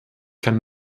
kann